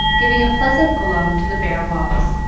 giving a pleasant glow to the bare walls.